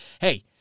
hey